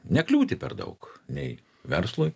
nekliūti per daug nei verslui